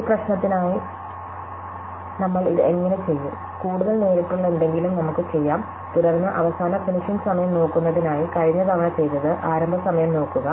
ഈ പ്രശ്നത്തിനായി നമ്മൾ ഇത് എങ്ങനെ ചെയ്യും കൂടുതൽ നേരിട്ടുള്ള എന്തെങ്കിലും നമുക്ക് ചെയ്യാം തുടർന്ന് അവസാന ഫിനിഷിംഗ് സമയം നോക്കുന്നതിനായി കഴിഞ്ഞ തവണ ചെയ്തത് ആരംഭ സമയം നോക്കുക